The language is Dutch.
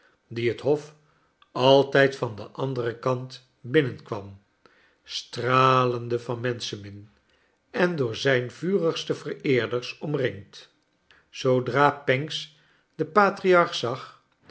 die het hof altijd van den anderen kant binnenkwam stralende van menschenmin en door zijn vurigste vereerders omringd zoodra pancks den patriarch zag